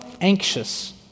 anxious